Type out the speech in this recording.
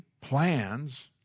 plans